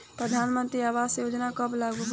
प्रधानमंत्री आवास योजना कब लागू भइल?